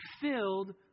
filled